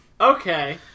okay